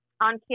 on